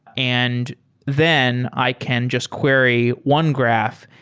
and then i can just query onegraph,